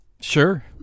Sure